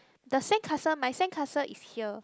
the sandcastle my sandcastle is here